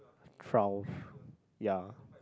twelve ya